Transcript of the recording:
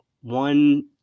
one